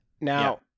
Now